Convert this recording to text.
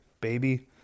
baby